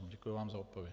Děkuji vám za odpověď.